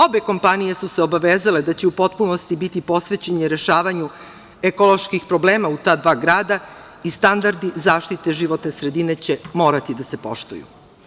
Obe kompanije su se obavezale da će u potpunosti biti posvećene rešavanju ekoloških problema u ta dva grada i standardi zaštite životne sredine će morati da se poštuju.